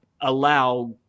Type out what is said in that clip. allow